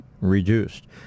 reduced